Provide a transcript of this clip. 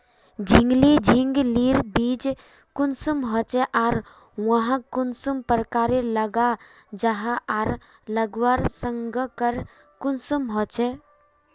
झिंगली झिंग लिर बीज कुंसम होचे आर वाहक कुंसम प्रकारेर लगा जाहा आर लगवार संगकर कुंसम होचे?